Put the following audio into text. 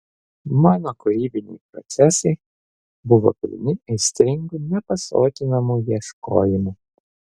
mano kūrybiniai procesai buvo pilni aistringų nepasotinamų ieškojimų